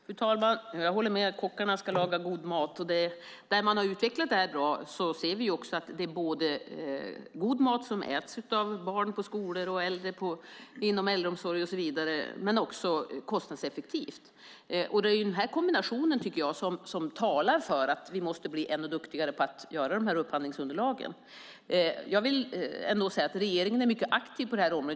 Fru talman! Jag håller med. Kockarna ska laga god mat. Där man har utvecklat det här bra ser vi också att det är god mat som äts av barn på skolorna och av äldre inom äldreomsorgen och så vidare, men det också kostnadseffektivt. Det är den här kombinationen, tycker jag, som talar för att vi måste bli ännu duktigare på att göra de här upphandlingsunderlagen. Regeringen är mycket aktiv på detta område.